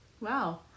Wow